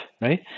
right